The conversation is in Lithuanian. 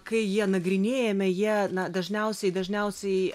kai jie nagrinėjame jie na dažniausiai dažniausiai